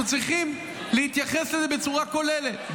אנחנו צריכים להתייחס לזה בצורה כוללת,